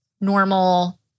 normal